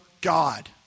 God